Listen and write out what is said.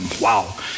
wow